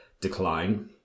decline